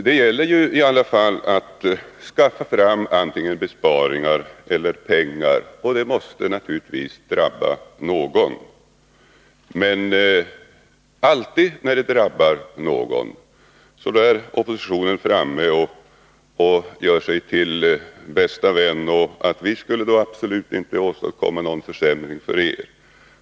Det gäller ju i alla fall antingen att genomföra besparingar eller att skaffa fram pengar, och det måste naturligtvis drabba någon. Men alltid när det drabbar någon är oppositionen framme och gör sig till bästa vän med dem som drabbas. Man säger: Vi skulle absolut inte åstadkomma någon försämring för er.